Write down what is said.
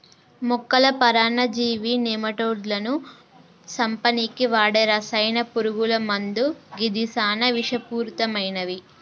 మొక్కల పరాన్నజీవి నెమటోడ్లను సంపనీకి వాడే రసాయన పురుగుల మందు గిది సానా విషపూరితమైనవి